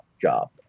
job